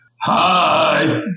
Hi